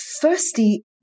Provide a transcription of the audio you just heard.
firstly